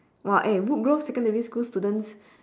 !wah! eh woodgrove secondary school students